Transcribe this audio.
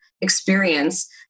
experience